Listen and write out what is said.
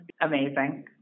amazing